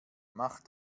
mach